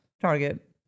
Target